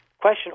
question